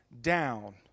down